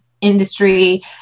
industry